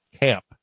camp